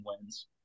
wins